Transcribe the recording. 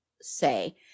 say